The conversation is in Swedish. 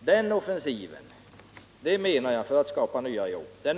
Den offensiven måste till, menar jag, för att skapa nya jobb.